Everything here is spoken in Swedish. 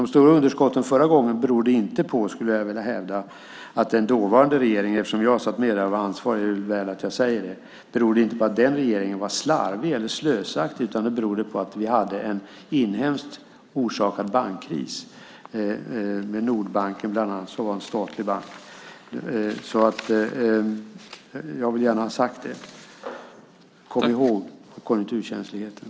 De stora underskotten förra gången berodde inte på, skulle jag vilja hävda, att den dåvarande regeringen - jag satt med och var ansvarig, så det är väl att jag säger det - var slarvig eller slösaktig. Det berodde på att vi hade en inhemskt orsakad bankkris med bland annat Nordbanken som var en statlig bank. Jag vill gärna ha sagt det. Kom ihåg konjunkturkänsligheten!